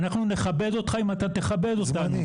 אנחנו נכבד אותך אם אתה תכבד אותנו,